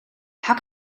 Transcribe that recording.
how